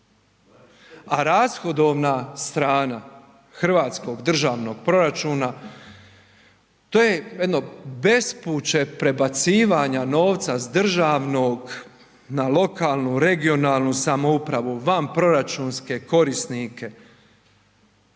A rashodovna strana hrvatskog državnog proračuna, to je jedno bespuće prebacivanja novca s državnog na lokalnu regionalnu samoupravu van proračunske korisnike,